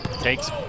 Takes